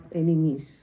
enemies